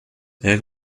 jak